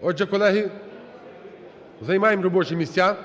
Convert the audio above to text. Отже, колеги, займаєм робочі місця,